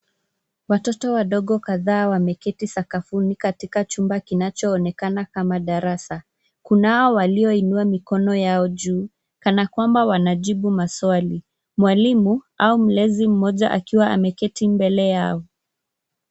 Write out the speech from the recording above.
Watoto wadogo kadhaa wameketi sakafuni katika chumba kinacho onekana kama darasa. Kunao walio inua mikono yao juu, kana kwamba wanajibu maswali. Mwalimu au mlezi mmoja akiwa ameketi mbele yao.